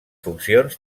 funcions